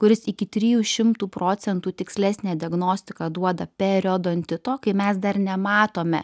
kuris iki trijų šimtų procentų tikslesnę diagnostiką duoda periodontito kai mes dar nematome